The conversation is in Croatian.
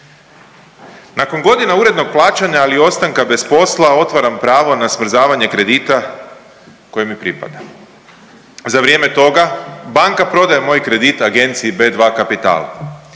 Nakon godina urednog plaćanja, ali i ostanka bez posla otvaram pravo na smrzavanje kredita koji mi pripada. Za vrijeme toga banka prodaje moj kredit agenciji B2 Kapital,